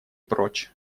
прочь